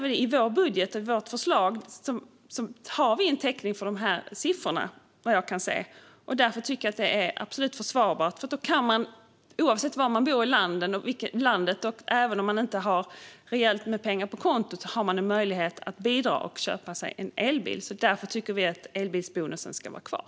I vår budget eller i vårt förslag har vi täckning för de här siffrorna, vad jag kan se. Därför tycker jag absolut att det här är försvarbart, för oavsett var i landet man bor och även om man inte har rejält med pengar på kontot har man då möjlighet att bidra och köpa sig en elbil. Därför tycker vi att elbilsbonusen ska vara kvar.